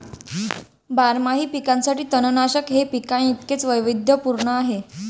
बारमाही पिकांसाठी तणनाशक हे पिकांइतकेच वैविध्यपूर्ण आहे